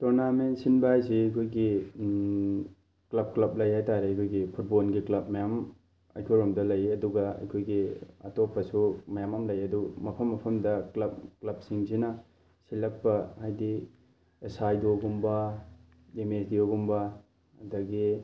tournament ꯁꯤꯟꯕ ꯍꯥꯏꯁꯦ ꯑꯩꯈꯣꯏꯒꯤ ꯀ꯭ꯂꯕ ꯀ꯭ꯂꯕ ꯂꯩ ꯍꯥꯏꯇꯥꯔꯦ ꯑꯩꯈꯣꯏꯒꯤ ꯐꯨꯠꯕꯣꯜꯒꯤ ꯀ꯭ꯂꯕ ꯃꯌꯥꯝ ꯑꯩꯈꯣꯏꯔꯣꯝꯗ ꯂꯩ ꯑꯗꯨꯒ ꯑꯩꯈꯣꯏꯒꯤ ꯑꯇꯣꯞꯄꯁꯨ ꯃꯌꯥꯝ ꯑꯃ ꯂꯩ ꯑꯗꯨ ꯃꯐꯝ ꯃꯐꯝꯗ ꯀ꯭ꯂꯕ ꯀ꯭ꯂꯕꯁꯤꯡꯁꯤꯅ ꯁꯤꯜꯂꯛꯄ ꯍꯥꯏꯗꯤ ꯑꯦꯁꯥꯏꯗꯣꯒꯨꯝꯕ ꯑꯦꯝ ꯑꯦꯁ ꯗꯤ ꯑꯣꯒꯨꯝꯕ ꯑꯗꯒꯤ